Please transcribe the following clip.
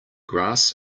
grass